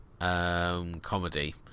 comedy